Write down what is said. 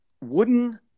wooden